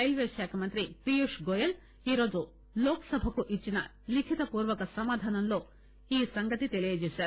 railway శాఖ మంత్రి పీయూష్ గోయెల్ ఈరోజు లోక్ సభకు ఇచ్చిన లిఖితపూర్వక సమాధానంలో ఈ సంగతి తెలియజేశారు